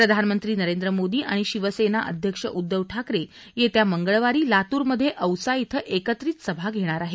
प्रधानमंत्री नरेंद्र मोदी आणि शिवसेना अध्यक्ष उद्धव ठाकरे येत्या मंगळवारी लातूरमध्ये औसा इथं एकत्रित सभा घेणार आहेत